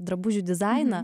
drabužių dizainą